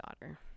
Daughter